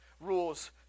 rules